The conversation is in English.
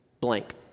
blank